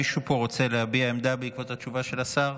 מישהו פה רוצה להביע עמדה בעקבות התשובה של השר?